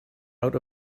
out